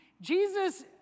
Jesus